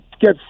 get